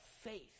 faith